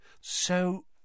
So